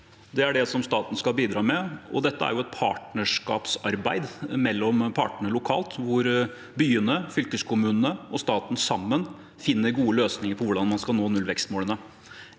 Det er det staten skal bidra med. Dette er et partnerskapsarbeid mellom partene lokalt, hvor byene, fylkeskommunene og staten sammen finner gode løsninger på hvordan man skal nå nullvekstmålet.